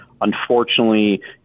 Unfortunately